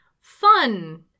Fun